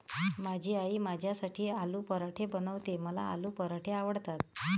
माझी आई माझ्यासाठी आलू पराठे बनवते, मला आलू पराठे आवडतात